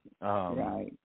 Right